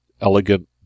elegant